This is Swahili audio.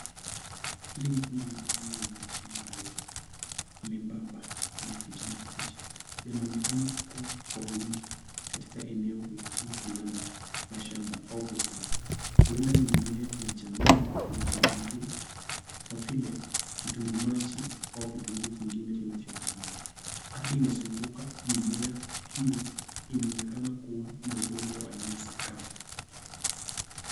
Hili ni kundi la mimea lenye majani marefu membamba na ya kijani kibichi yanaonekana kukua kwa wingi katika eneo fulani la shamba au bustani. Huenda ni mimea ya jamii ya vitunguu kwa vile vitunguu maji au vitunguu vingine vinavyofaana. Ardhi inazunguka mimea hiyo inaonekana kuwa na udongo wa nyasi kavu.